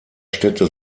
städte